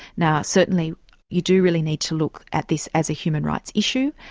now, certainly you do really need to look at this as a human rights issue,